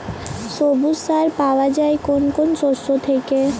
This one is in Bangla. সবুজ সার পাওয়া যায় কোন কোন শস্য থেকে?